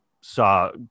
saw